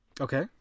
Okay